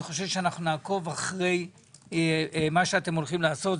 אני חושב שאנחנו נעקוב אחרי מה שאתם הולכם לעשות.